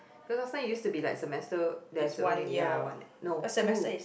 cause last time it used to be like semester there was only ya one no two